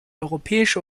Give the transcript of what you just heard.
europäische